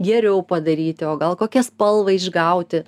geriau padaryti o gal kokią spalvą išgauti